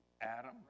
Adam